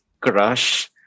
crush